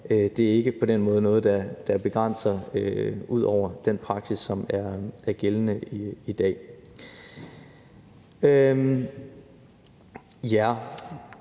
det er ikke på den måde noget, der begrænser det ud over den praksis, som er gældende i dag.